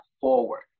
forward